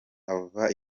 ava